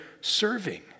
serving